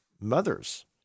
mothers